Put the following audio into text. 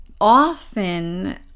often